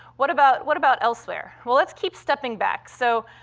what about what about elsewhere? well, let's keep stepping back. so,